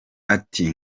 ati